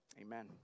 amen